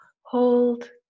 Hold